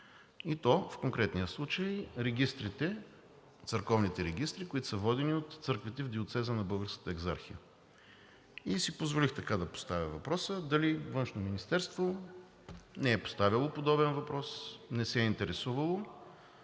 и то в конкретния случай църковните регистри, които са водени от църквите в диоцеза на Българската екзархия. И си позволих да поставя въпроса дали Външното министерство не е поставяло подобен въпрос, не се е интересувало.